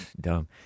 dumb